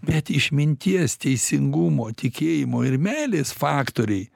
bet išminties teisingumo tikėjimo ir meilės faktoriai